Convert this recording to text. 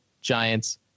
Giants